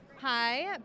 hi